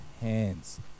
hands